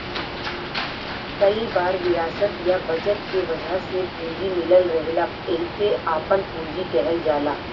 कई बार विरासत या बचत के वजह से पूंजी मिलल रहेला एहिके आपन पूंजी कहल जाला